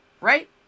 Right